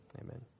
Amen